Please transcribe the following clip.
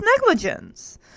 negligence